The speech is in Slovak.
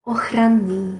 ochranný